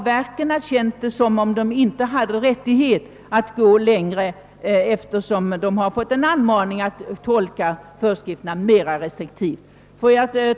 Verken har känt sin rätt att ge ledigheter mycket beskuren då de har fått anmaning att tolka föreskrifterna mer restriktivt än förr.